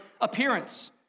appearance